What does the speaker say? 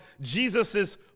Jesus's